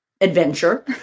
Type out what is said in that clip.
adventure